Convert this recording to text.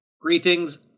Greetings